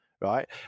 right